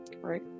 right